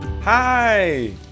hi